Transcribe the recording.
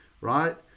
right